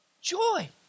joy